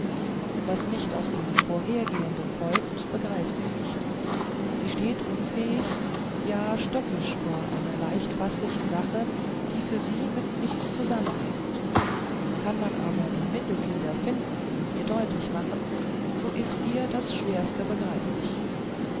was nicht aus dem vorhergehenden folgt begreift sie nicht sie steht unfähig ja stöckisch vor einer leicht faßlichen sache die für sie mit nichts zusammenhängt kann man aber die mittelglieder finden und ihr deutlich machen so ist ihr das schwerste begreiflich